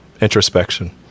introspection